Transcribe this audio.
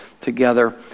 together